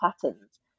patterns